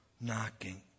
knocking